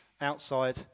outside